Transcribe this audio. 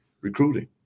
recruiting